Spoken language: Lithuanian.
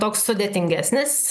toks sudėtingesnis